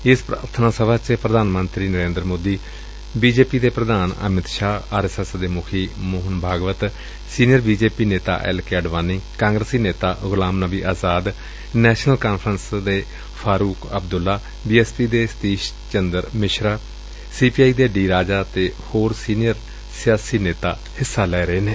ਏਸ ਪ੍ਰਾਰਬਨਾ ਸਭਾ ਚ ਪ੍ਰਧਾਨ ਮੰਤਰੀ Narendra Modi B J P ਪ੍ਰਧਾਨ Amit Shah R S S ਦੇ ਮੁਖੀ Mohan Bhagwat senior B J P ਨੇਤਾ ਐਲ ਕੇ ਅਡਵਾਨੀ ਕਾਂਗਰਸੀ ਨੇਤਾ ਗੁਲਾਮ ਨਬੀ ਆਜ਼ਾਦ ਨੈਸ਼ਨਲ ਕਾਨਫਰੰਸ ਦੇ Farooq Abdullah B S P ਦੇ Satish Chandra Mishra C P I ਦੇ ਡਾ ਰਾਜਾ ਅਤੇ ਹੋਰ ਸੀਨੀਅਰ ਸਿਆਸੀ ਨੇਤਾ ਹਿੱਸਾ ਲੈ ਰਹੇ ਨੇ